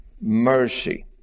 mercy